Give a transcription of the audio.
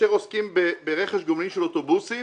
שכאשר עוסקים ברכש גומלין של אוטובוסים